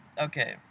Okay